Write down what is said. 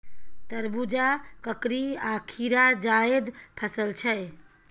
तरबुजा, ककरी आ खीरा जाएद फसल छै